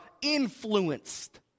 influenced